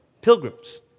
pilgrims